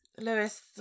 Lewis